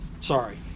Sorry